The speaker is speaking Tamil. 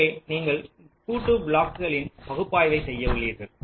எனவே நீங்கள் கூட்டுத் பிளாக்களின் பகுப்பாய்வை செய்ய உள்ளீர்கள்